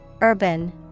Urban